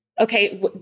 Okay